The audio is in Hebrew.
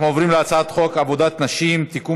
אנחנו עוברים להצעת חוק עבודת נשים (תיקון